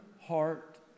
heart